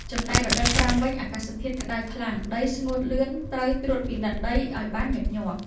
ចំំណែក រដូវប្រាំងវិញ អាកាសធាតុក្តៅខ្លាំង ដីស្ងួតលឿន ត្រូវត្រួតពិនិត្យដីឱ្យបានញឹកញាប់។